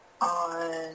on